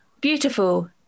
beautiful